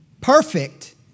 Perfect